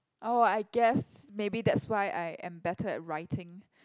oh I guess maybe that's why I am better at writing